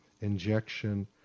injection